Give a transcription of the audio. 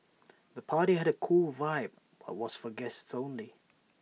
the party had A cool vibe but was for guests only